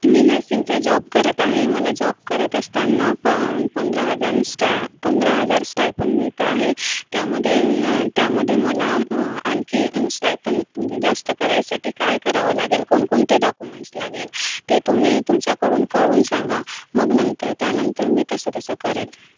मी नर्सिंगचा जॉब करत आहे मला जॉब करत असताना पण पंधरा हजार स्टा पंधरा हजार स्टायपन मिळतं आहे त्यामध्ये न त्यामध्ये मला मग आणखी स्टायपन म्हणजे जास्त करायसाठी काय करावं लागेल कोणकोणते डॉकुमेंट्स लागेल ते तुम्ही तुमच्याकडून कळवून सांगा मग नंतर त्यानंतर मी तसं तसं करेल